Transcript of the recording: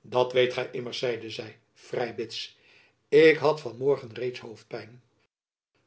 dat weet gy immers zeide zy vrij bits ik had van morgen reeds hoofdpijn